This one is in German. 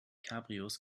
cabrios